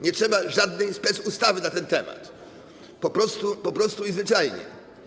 Nie trzeba żadnej specustawy na ten temat, po prostu i zwyczajnie.